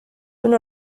una